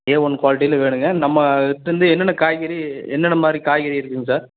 ஏ one குவாலிட்டியில வேணும்ங்க நம்ம கிட்டுந்து என்னென்ன காய்கறி என்னென்ன மாதிரி காய்கறி இருக்குங்க சார்